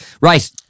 Right